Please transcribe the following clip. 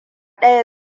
daya